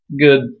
good